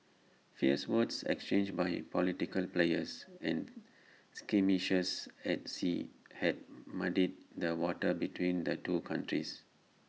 fierce words exchanged by political players and skirmishes at sea had muddied the waters between the two countries